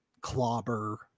clobber